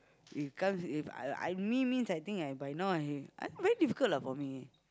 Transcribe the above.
if comes if I I mean means I think I by now I very difficult lah for me